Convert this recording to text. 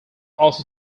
also